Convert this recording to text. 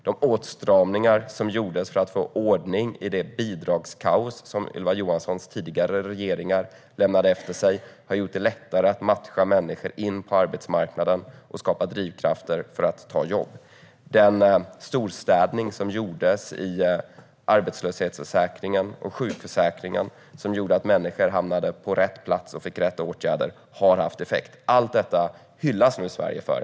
De åtstramningar som gjordes för att få ordning i det bidragskaos som Ylva Johanssons tidigare regeringar lämnade efter sig hart gjort det lättare att matcha människor in på arbetsmarknaden och skapa drivkrafter för dem att ta jobb. Den storstädning som gjordes i arbetslöshetsförsäkringen och sjukförsäkringen, som gjorde att människor hamnade på rätt plats och fick rätt åtgärder, har haft effekt. Allt detta hyllas Sverige nu för.